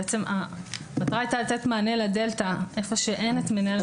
בעצם המטרה הייתה לתת מענה לדלתא איפה שאין את מנהל המוסד.